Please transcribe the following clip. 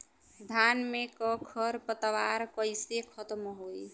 धान में क खर पतवार कईसे खत्म होई?